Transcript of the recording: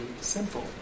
simple